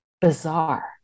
bizarre